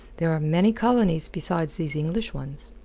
there are many colonies besides these english ones.